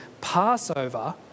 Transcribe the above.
Passover